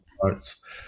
parts